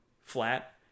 flat